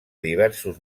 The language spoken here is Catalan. diversos